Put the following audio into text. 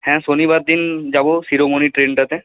হ্যাঁ শনিবার দিন যাব শিরোমণি ট্রেনটাতে